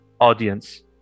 audience